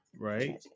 right